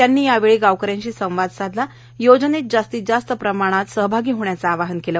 त्यांनी यावेळी गावकऱ्यांशी संवाद साधून योजनेत जास्तीत जास्त प्रमाणात सहभागी होण्याचे आवाहन केले